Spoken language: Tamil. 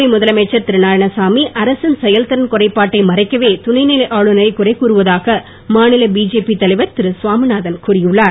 புதுவை முதலமைச்சர் திருநாராயணசாமி அரசின் செயல்திறன் குறைபாட்டை மறைக்கவே துணைநிலை ஆளுநரை குறை கூறுவதாக மாநில பிஜேபி தலைவர் திருகுவாமிநாதன் கூறியுள்ளார்